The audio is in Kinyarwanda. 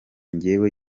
jye